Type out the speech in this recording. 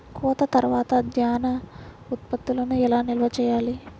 కోత తర్వాత ధాన్య ఉత్పత్తులను ఎలా నిల్వ చేయాలి?